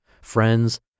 friends